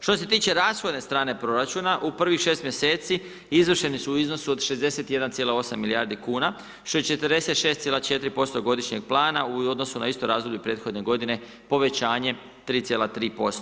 Što se tiče rashodne strane proračuna u prvih 6 mjeseci izvršeni su u iznosu od 61,8 milijardi kuna što je 46,4% godišnjeg plana u odnosu na isto razdoblje prethodne godine povećanjem 3,3%